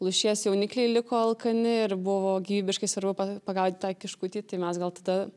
lūšies jaunikliai liko alkani ir buvo gyvybiškai svarbu pa pagauti tą kiškutį tai mes gal tada